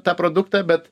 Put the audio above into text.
tą produktą bet